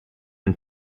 and